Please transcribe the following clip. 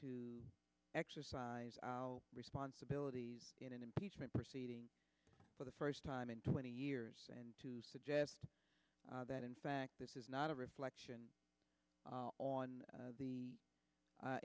to exercise our responsibilities in an impeachment proceeding for the first time in twenty years and to suggest that in fact this is not a reflection on the